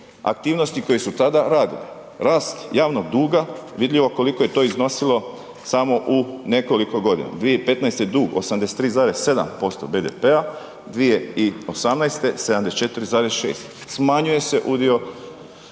aktivnosti koje su tada radili, rast javnog duga, vidljivo koliko je to iznosilo samo u nekoliko godina. 2015. dug 83,7% BDP-a, 2018. 74,6%, smanjuje se udio